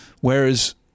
Whereas